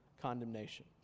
condemnation